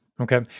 Okay